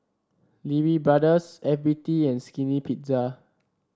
Lee Wee Brothers F B T and Skinny Pizza